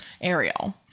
ariel